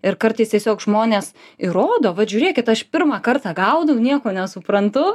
ir kartais tiesiog žmonės ir rodo vat žiūrėkit aš pirmą kartą gaudau nieko nesuprantu